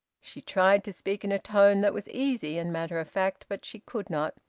she tried to speak in a tone that was easy and matter-of-fact. but she could not.